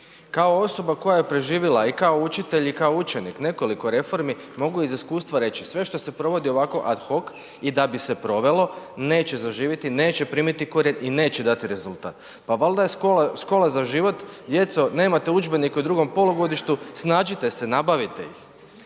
Kao osoba koja je preživjela i kao učitelj i kao učenik nekoliko reformi mogu iz iskustva reći, sve što se provodi ovako ad hoc i da bi se provelo, neće zaživjeti, neće primiti korijen i neće dati rezultat. Pa valjda je „Škola za život“ djeco nemate udžbenik u drugom polugodištu, snađite se, nabavite ih.